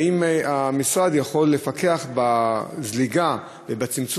האם המשרד יכול לפקח על הזליגה וצמצום